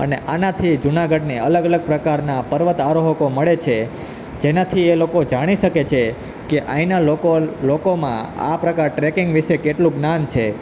અને આનાથી જુનાગઢની અલગ અલગ પ્રકારના પર્વતઆરોહકો મળે છે જેનાથી એ લોકો જાણી શકે છે કે આ આઈના લોકો લોકોમાં આ પ્રકાર ટ્રેકિંગ વિષે કેટલું જ્ઞાન છે